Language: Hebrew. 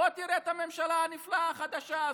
בוא תראה את הממשלה הנפלאה החדשה הזאת,